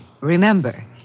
Remember